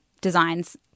designs